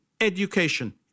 education